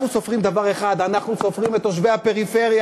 אנחנו סופרים דבר אחד: אנחנו סופרים את תושבי הפריפריה.